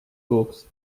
books